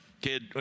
kid